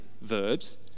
verbs